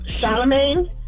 Charlemagne